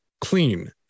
clean